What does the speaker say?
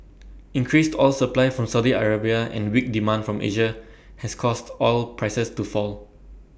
increased oil supply from Saudi Arabia and weak demand from Asia has caused oil prices to fall